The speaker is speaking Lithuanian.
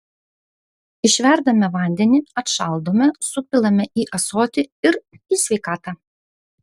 išverdame vandenį atšaldome supilame į ąsotį ir į sveikatą